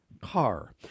car